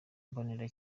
mbonera